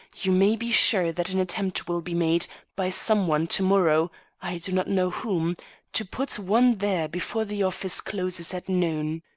you may be sure that an attempt will be made by some one to-morrow i do not know whom to put one there before the office closes at noon.